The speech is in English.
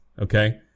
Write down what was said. Okay